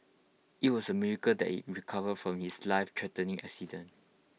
IT was A miracle that he recovered from his lifethreatening accident